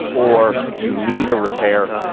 or you need a repair,